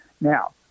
Now